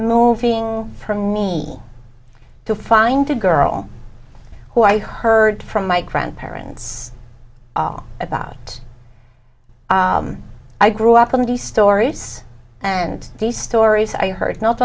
moving for me to find a girl who i heard from my grandparents all about i grew up on these stories and these stories i heard not